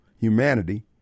humanity